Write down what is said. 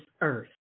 earth